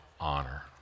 honor